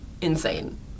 insane